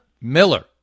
Miller